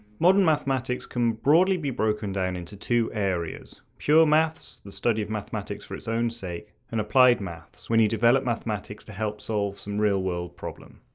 modern mathematics can be broadly be broken down into two areas, pure maths the study of mathematics for its own sake, and applied maths when you develop mathematics to help solve some real world problem.